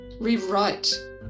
rewrite